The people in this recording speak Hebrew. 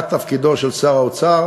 מה תפקידו של שר אוצר,